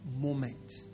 moment